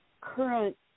current